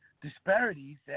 disparities